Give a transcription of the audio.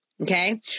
okay